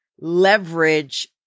leverage